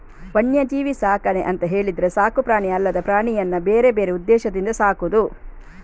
ವನ್ಯಜೀವಿ ಸಾಕಣೆ ಅಂತ ಹೇಳಿದ್ರೆ ಸಾಕು ಪ್ರಾಣಿ ಅಲ್ಲದ ಪ್ರಾಣಿಯನ್ನ ಬೇರೆ ಬೇರೆ ಉದ್ದೇಶದಿಂದ ಸಾಕುದು